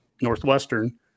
Northwestern